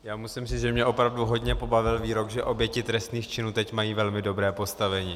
Já musím říct, že mě opravdu hodně pobavil výrok, že oběti trestných činů teď mají velmi dobré postavení.